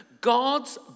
God's